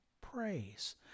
praise